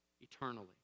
eternally